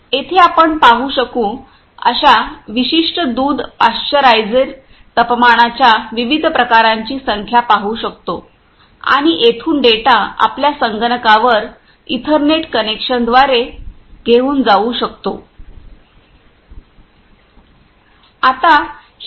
येथे आपण पाहू शकू अशा विशिष्ट दूध पाश्चरायझेरच्या तपमानाच्या विविध प्रकारांची संख्या पाहू शकतो आणि येथून डेटा आपल्या संगणकावर इथरनेट कनेक्शनद्वारे घेऊन जाऊ शकतो